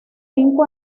cinco